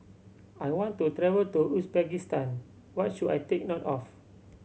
I want to travel to Uzbekistan what should I take note of